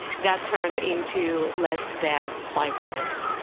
that turned into less than five minutes,